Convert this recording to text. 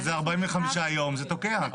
אבל זה 45 יום, זה תוקע.